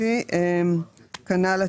כנ"ל התיקונים,